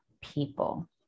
people